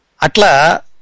Atla